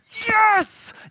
Yes